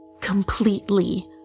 completely